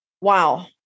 Wow